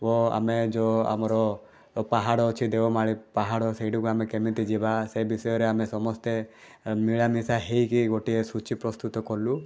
ଓ ଆମେ ଯୋ ଆମର ପାହାଡ଼ ଅଛି ଦେଓମାଳି ପାହାଡ଼ ସେଇଟିକୁ ଆମେ କେମିତି ଯିବା ସେ ବିଷୟରେ ଆମେ ସମସ୍ତେ ମିଳାମିଶା ହେଇକି ଗୋଟିଏ ସୂଚୀ ପ୍ରସ୍ତୁତ କଲୁ